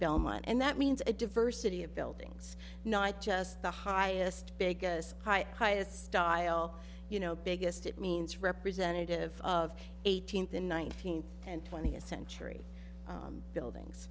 belmont and that means a diversity of buildings not just the highest big as high as style you know biggest it means representative of eighteenth and nineteenth and twentieth century buildings